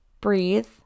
Breathe